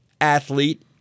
athlete